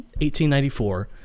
1894